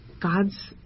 God's